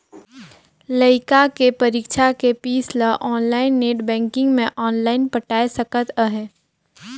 लइका के परीक्षा के पीस ल आनलाइन नेट बेंकिग मे आनलाइन पटाय सकत अहें